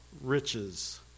riches